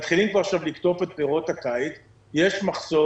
מתחילים עכשיו כבר לקטוף את פירות הקיץ ויש מחסור.